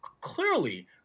clearly